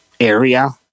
area